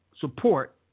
support